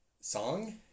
Song